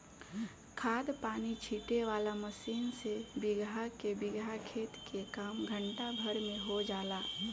खाद पानी छीटे वाला मशीन से बीगहा के बीगहा खेत के काम घंटा भर में हो जाला